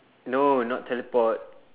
no not teleport